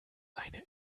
eine